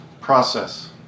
process